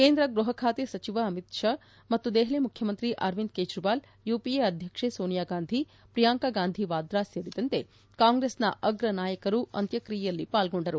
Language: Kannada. ಕೇಂದ್ರ ಗೃಹಬಾತೆ ಸಚಿವ ಅಮಿತ್ ಷಾ ಮತ್ತು ದೆಹಲಿ ಮುಖ್ಯಮಂತ್ರಿ ಅರವಿಂದ್ ಕೇಜ್ರವಾಲ್ ಯುಪಿಎ ಅಧ್ಯಕ್ಷೆ ಸೋನಿಯಾ ಗಾಂಧಿ ಪ್ರಿಯಾಂಕ ಗಾಂಧಿ ವಾದ್ರಾ ಸೇರಿದಂತೆ ಕಾಂಗ್ರೆಸ್ನ ಅಗ್ರ ನಾಯಕರು ಅಂತ್ಯಕ್ರಿಯೆಯಲ್ಲಿ ಪಾಲ್ಗೊಂಡರು